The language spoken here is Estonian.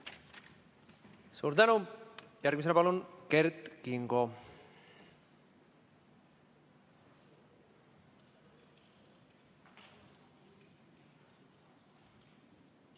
Suur tänu! Järgmisena palun Kert Kingo!